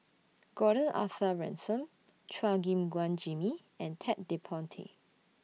Gordon Arthur Ransome Chua Gim Guan Jimmy and Ted De Ponti